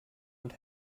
und